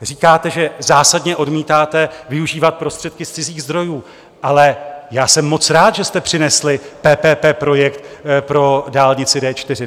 Říkáte, že zásadně odmítáte využívat prostředky z cizích zdrojů, ale já jsem moc rád, že jste přinesli PPP projekt pro dálnici D4.